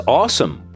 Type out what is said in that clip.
awesome